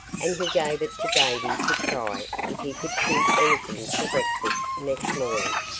and he gave it to davy to try if he could shoot anything for breakfast next morning.